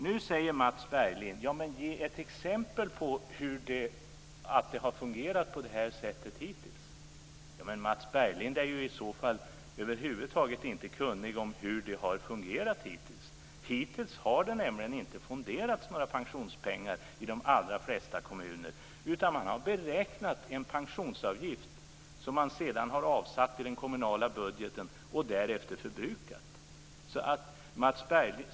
Nu säger Mats Berglind: Ge ett exempel på att det har fungerat på det här sättet hittills! Mats Berglind är i så fall över huvud taget inte kunnig om hur det hittills har fungerat. Hittills har det nämligen inte fonderats några pensionspengar i de allra flesta kommuner. Man har beräknat en pensionsavgift som man sedan har avsatt i den kommunala budgeten och därefter förbrukat.